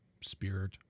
spirit